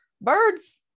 birds